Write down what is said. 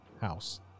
house